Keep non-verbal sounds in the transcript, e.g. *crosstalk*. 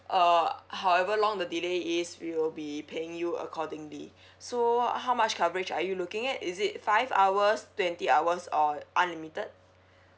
uh however long the delay is we will be paying you accordingly *breath* so how much coverage are you looking at is it five hours twenty hours or unlimited